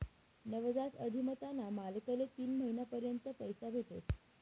नवजात उधिमताना मालकले तीन महिना पर्यंत पैसा भेटस